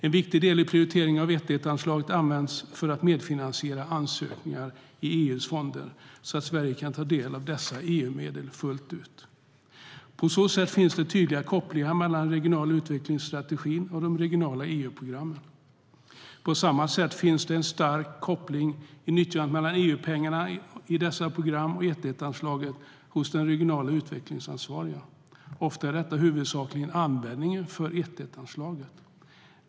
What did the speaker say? En viktig del i prioriteringen av 1:1-anslagets användning är att medfinansiera ansökningar till EU:s fonder så att Sverige kan ta del av dessa EU-medel fullt ut. På så sätt finns det en tydlig koppling mellan de regionala utvecklingsstrategierna och de regionala EU-programmen. På samma sätt finns det en stark koppling i nyttjandet mellan EU-pengarna i dessa program och 1:1-anslaget hos de regionalt utvecklingsansvariga. Oftast är detta den huvudsakliga användningen av 1:1-anslaget.